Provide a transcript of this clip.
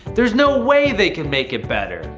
there's no way they can make it better!